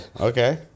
Okay